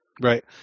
Right